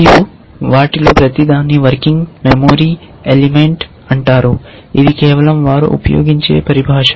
మరియు వీటిలో ప్రతిదాన్ని వర్కింగ్ మెమరీ ఎలిమెంట్ అంటారు ఇవి కేవలం వారు ఉపయోగించే పరిభాష